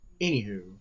Anywho